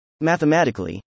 Mathematically